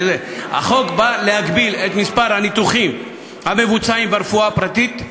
החוק בא להגביל את מספר הניתוחים המבוצעים ברפואה הפרטית,